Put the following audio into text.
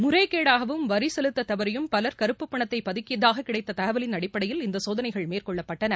முறைகோகவும் வரி செலுத்த தவறியும் பலர் கறுப்புப் பணத்தை பதுக்கியதாக கிடைத்த தகவலின் அடிப்படையில் இந்த சோதனைகள் மேற்கொள்ளப்பட்டன